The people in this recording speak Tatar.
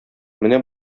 менә